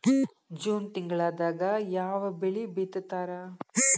June ತಿಂಗಳದಾಗ ಯಾವ ಬೆಳಿ ಬಿತ್ತತಾರ?